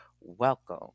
welcome